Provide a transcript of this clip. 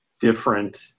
different